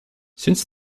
since